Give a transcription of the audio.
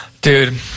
dude